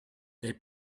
they